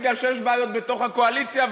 מפני שיש בעיות בתוך הקואליציה,